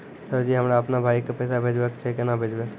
Sir ji हमरा अपनो भाई के पैसा भेजबे के छै, केना भेजबे?